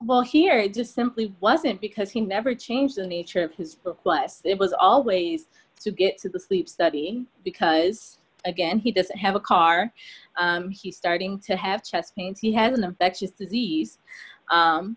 well here it just simply wasn't because he never changed the nature of his book but it was always to get to the sleep study because again he doesn't have a car he's starting to have chest pains he has an infectious disease